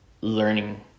learning